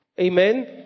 Amen